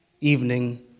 evening